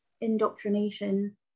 indoctrination